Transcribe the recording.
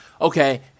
Okay